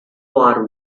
are